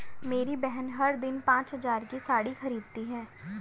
मेरी बहन हर दिन पांच हज़ार की साड़ी खरीदती है